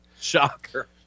Shocker